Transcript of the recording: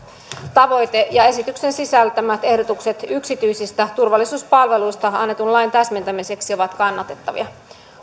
tavoite ja esityksen sisältämät ehdotukset yksityisistä turvallisuuspalveluista annetun lain täsmentämiseksi ovat kannatettavia